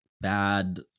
bad